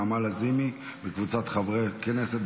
נעמה לזימי וקבוצת חברי הכנסת,